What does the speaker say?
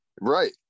Right